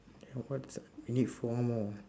and what we need four more